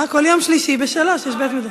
כל יום שלישי ב-15:00 יש בית-מדרש.